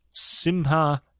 Simha